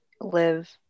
live